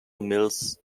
mills